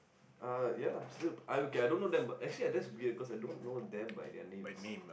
uh ya lah I okay I don't know them but actually that's weird cause I don't know them by their names